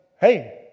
hey